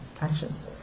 actions